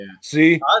See